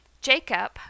Jacob